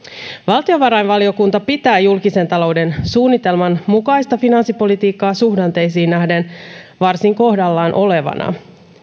valtiovarainvaliokunta pitää julkisen talouden suunnitelman mukaista finanssipolitiikkaa suhdanteisiin nähden varsin kohdallaan olevana